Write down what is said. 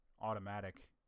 automatic